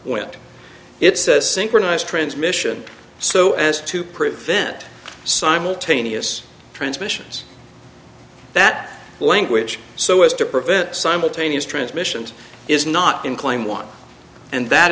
to it's a synchronized transmission so as to prevent simultaneous transmissions that language so as to prevent simultaneous transmissions is not in claim one and that